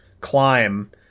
climb